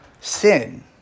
sin